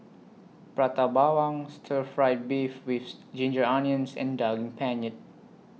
Prata Bawang Stir Fry Beef with Ginger Onions and Daging Penyet